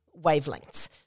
wavelengths